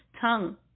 tongue